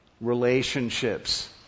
relationships